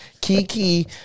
Kiki